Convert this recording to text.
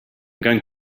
going